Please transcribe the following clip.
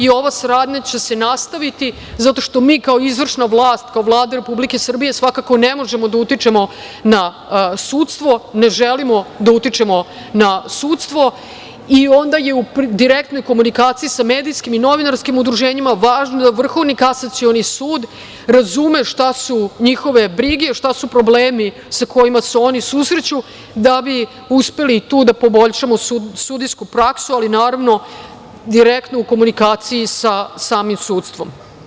Ova saradnja će se nastaviti zato što mi kao izvršna vlast, kao Vlada Republike Srbije svakako ne možemo da utičemo na sudstvo, ne želimo da utičemo na sudstvo i onda je u direktnoj komunikaciji sa medijskim i novinarskim udruženjima važno da Vrhovni kasacioni sud razume šta su njihove brige, šta su problemi sa kojima se oni susreću, da bi uspeli tu da poboljšamo sudijsku praksu, ali naravno direktno u komunikaciji sa samim sudstvom.